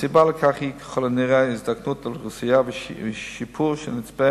הסיבות לכך ככל הנראה הן הזדקנות של האוכלוסייה ושיפור שנצפה